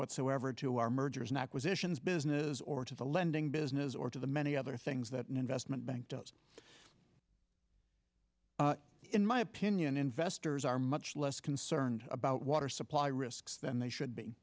whatsoever to our mergers and acquisitions business or to the lending business or to the many other things that an investment bank does in my opinion investors are much less concerned about water supply risks than they should be